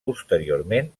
posteriorment